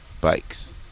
bikes